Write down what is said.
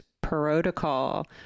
protocol